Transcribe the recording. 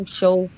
show